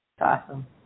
Awesome